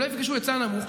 הם לא יפגשו היצע נמוך,